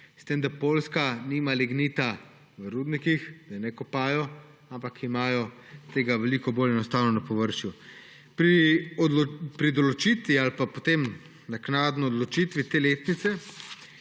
Le da Poljska nima lignita v rudnikih, ga ne kopljejo, ampak ga imajo veliko bolj enostavno na površju. Pri določitvi, ali pa potem naknadno odločitvi, te letnice